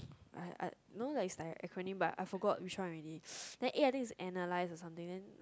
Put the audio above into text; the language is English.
I I no lah is like a acronym but I forgot which one already then A I think is analysis or something then